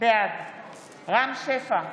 בעד רם שפע,